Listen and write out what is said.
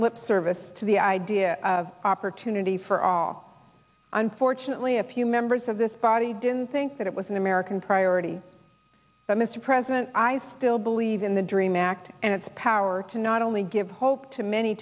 lip service to the idea of opportunity for all unfortunately a few members of this body didn't think that it was an american priority but mr president i still believe in the dream act and its power to not only give hope to many